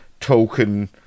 token